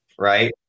Right